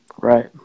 Right